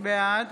בעד